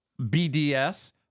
BDS